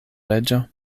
reĝo